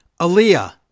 Aaliyah